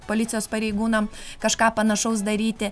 policijos pareigūnam kažką panašaus daryti